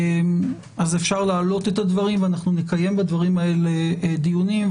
אז אפשר להעלות את הדברים ואנחנו נקיים בדברים האלה דיונים.